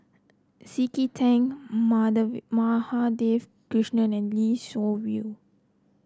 C K Tang Madhavi Krishnan and Lee Seow View